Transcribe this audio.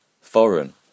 foreign